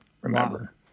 remember